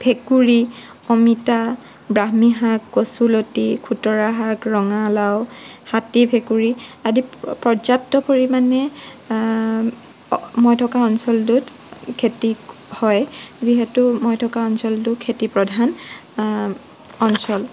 ভেঁকুৰি অমিতা ব্ৰাহ্মী শাক কচুলতি খুতৰা শাক ৰঙালাও হাতী ভেঁকুৰি আদি পৰ্যাপ্ত পৰিমাণে মই থকা অঞ্চলটোত খেতি হয় যিহেতু মই থকা অঞ্চলটো খেতি প্ৰধান অঞ্চল